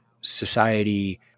society